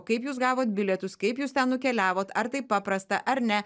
kaip jūs gavot bilietus kaip jūs ten nukeliavot ar taip paprasta ar ne